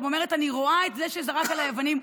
ואמרה: אני רואה את זה שזרק עליי אבנים,